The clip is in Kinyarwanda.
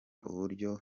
uburyo